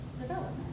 development